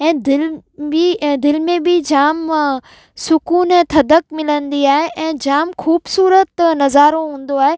ऐं दिलि बि ऐं दिलि में बि जाम सुकूनु ऐं थधिकार मिलंदी आहे ऐं जाम ख़ूबसूरतु नज़ारो हूंदो आहे